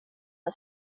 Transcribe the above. men